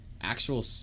actual